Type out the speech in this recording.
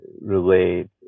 relate